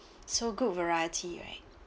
so good variety right